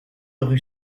rue